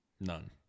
None